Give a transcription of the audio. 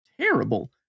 terrible